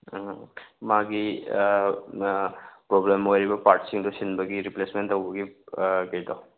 ꯎꯝ ꯃꯥꯒꯤ ꯄ꯭ꯔꯣꯕ꯭ꯂꯦꯝ ꯑꯣꯏꯔꯤꯕ ꯄꯥꯔ꯭ꯠꯁꯤꯡꯗꯣ ꯁꯤꯟꯕꯒꯤ ꯔꯤꯄ꯭ꯂꯦꯁꯃꯦꯟ ꯇꯧꯕꯒꯤ ꯀꯩꯗꯣ